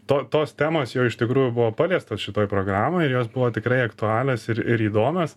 to tos temos jau iš tikrųjų buvo paliestos šitoj programoj ir jos buvo tikrai aktualios ir ir įdomios